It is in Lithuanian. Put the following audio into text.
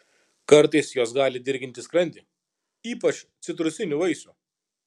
kartais jos gali dirginti skrandį ypač citrusinių vaisių